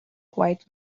quite